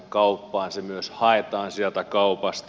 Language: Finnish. se myös haetaan sieltä kaupasta